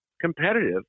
competitive